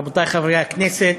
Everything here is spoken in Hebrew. רבותי חברי הכנסת,